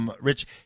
Rich